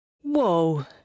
Whoa